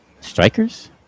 strikers